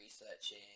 researching